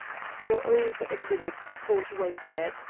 for over a minute ford waited,